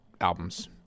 albums